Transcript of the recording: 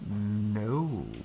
No